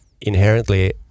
inherently